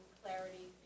clarity